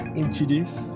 introduce